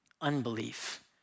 unbelief